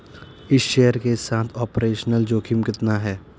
इस शेयर के साथ ऑपरेशनल जोखिम कितना है?